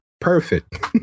Perfect